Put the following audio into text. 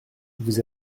vous